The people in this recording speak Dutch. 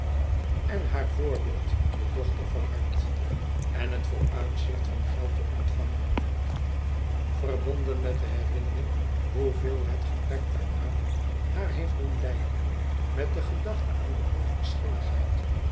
en haar voorbeeld de dochter verhard en het vooruitzicht van geld te ontvangen verbonden met de herinnering hoeveel het gebrek daaraan haar heeft doen ltjden met de gedachte aan de onverschilligheid